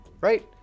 right